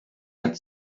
had